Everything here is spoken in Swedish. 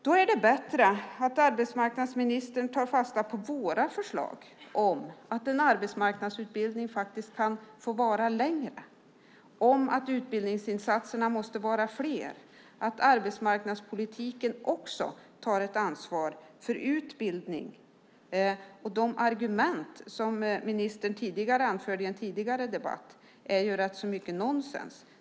Då är det bättre att arbetsmarknadsministern tar fasta på våra förslag, att en arbetsmarknadsutbildning faktiskt kan få vara längre, att utbildningsinsatserna måste vara flera och att arbetsmarknadspolitiken också tar ett ansvar för utbildning. De argument som ministern anförde i en tidigare debatt är rätt mycket nonsens.